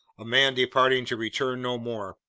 a man departing to return no more.